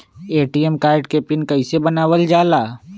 ATM card के PIN कैसे बनावल जाला?